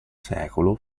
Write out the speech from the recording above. secolo